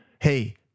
hey